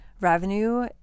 revenue